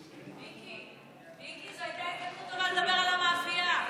מיקי, לדבר על המאפייה.